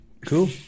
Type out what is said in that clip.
Cool